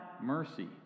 mercy